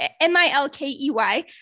M-I-L-K-E-Y